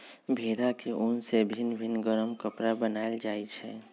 भेड़ा के उन से भिन भिन् गरम कपरा बनाएल जाइ छै